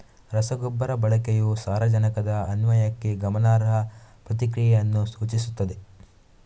ರಸಗೊಬ್ಬರ ಬಳಕೆಯು ಸಾರಜನಕದ ಅನ್ವಯಕ್ಕೆ ಗಮನಾರ್ಹ ಪ್ರತಿಕ್ರಿಯೆಯನ್ನು ಸೂಚಿಸುತ್ತದೆ